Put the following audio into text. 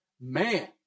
man